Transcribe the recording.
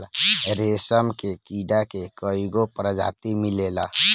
रेशम के कीड़ा के कईगो प्रजाति मिलेला